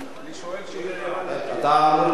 אתה אמור